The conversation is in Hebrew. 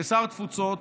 כשר התפוצות,